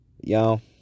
Y'all